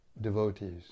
devotees